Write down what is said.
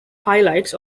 highlights